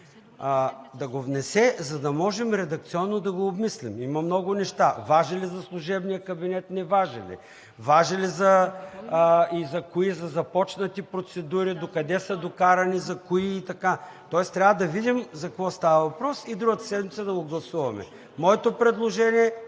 да го внесе, за да можем редакционно да го обмислим. Има много неща – важи ли за служебния кабинет, не важи ли? Важи ли и за кои – за започнати процедури, докъде са докарани, за кои и така... Тоест трябва да видим за какво става въпрос и другата седмица да го гласуваме. Моето предложение е